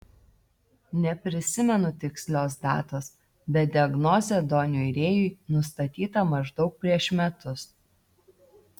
neprisimenu tikslios datos bet diagnozė doniui rėjui nustatyta maždaug prieš metus